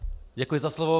Děkuji za slovo.